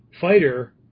fighter